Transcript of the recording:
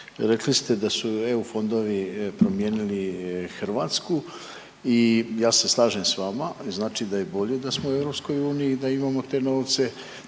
Rekli ste da su EU fondovi promijenili Hrvatsku i ja se slažem s vama, znači da je bolje da smo u EU i da imamo te novce